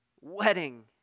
wedding